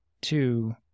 Two